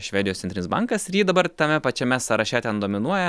švedijos centrinis bankas ir ji dabar tame pačiame sąraše ten dominuoja